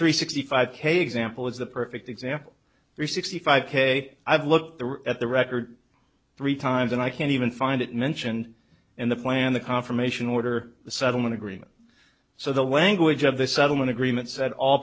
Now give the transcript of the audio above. three sixty five k example is the perfect example three sixty five k i've looked at the record three times and i can't even find it mentioned in the plan the confirmation order the settlement agreement so the language of the settlement agreement said all